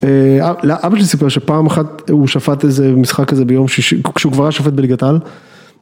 אבא שלי סיפר שפעם אחת הוא שפט איזה משחק כזה ביום שישי כשהוא כבר היה שופט בליגת על